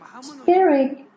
Spirit